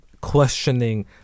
questioning